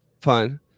Fine